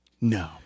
No